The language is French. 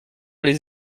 les